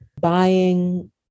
buying